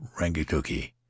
Rangituki